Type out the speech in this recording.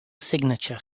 signature